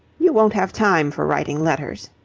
you won't have time for writing letters.